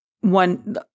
one